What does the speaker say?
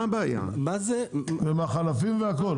בוודאי, עם החלפים וכו'.